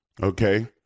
okay